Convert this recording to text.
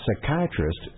psychiatrist